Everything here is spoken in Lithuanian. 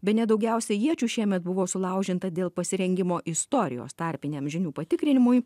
bene daugiausiai iečių šiemet buvo sulaužinta dėl pasirengimo istorijos tarpiniam žinių patikrinimui